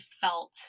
felt